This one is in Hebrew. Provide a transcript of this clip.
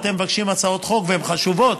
אתם מבקשים הצעות חוק והן חשובות